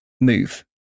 move